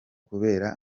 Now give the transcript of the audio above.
kubera